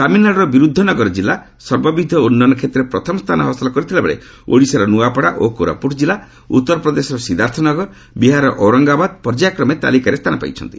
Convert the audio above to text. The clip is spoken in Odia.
ତାମିଲନାଡୁର ବିରୁଦ୍ଧନଗର ଜିଲ୍ଲା ସର୍ବବିଧ ଉନ୍ନୟନ କ୍ଷେତ୍ରରେ ପ୍ରଥମ ସ୍ଥାନ ହାସଲ କରିଥିବା ବେଳେ ଓଡ଼ିଶାର ନୂଆପଡ଼ା ଓ କୋରାପୁଟ ଜିଲ୍ଲା ଉତ୍ତରପ୍ରଦେଶର ସିଦ୍ଧାର୍ଥ ନଗର ବିହାର ଔରଙ୍ଗାବାଦ୍ ପର୍ଯ୍ୟାୟ କ୍ରମେ ତାଲିକାରେ ସ୍ଥାନ ପାଇଛନ୍ତି